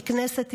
מכנסת ישראל.